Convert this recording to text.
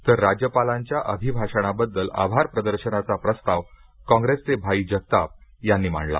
तर राज्यपालांच्या अभिभाषणाबद्दल आभार प्रदर्शनाचा प्रस्ताव काँग्रेसचे भाई जगताप यांनी मांडला